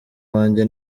wanjye